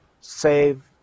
save